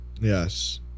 Yes